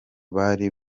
bari